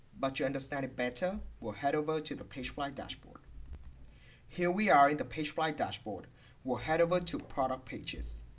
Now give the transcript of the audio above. but to understand it better, we'll head over to the pagefly dashboard here we are in the pagefly dashboard we'll head over to product pages